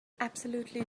absolutely